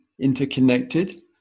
interconnected